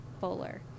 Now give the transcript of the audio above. bowler